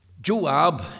Joab